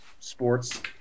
sports